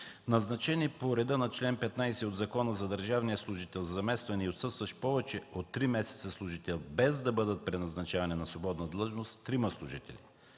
назначени по реда на чл. 15 от Закона за държавния служител за заместване на отсъстващ повече от три месеца служител, без да бъдат преназначавани на свободна длъжност – трима служители.